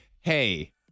hey